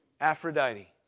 Aphrodite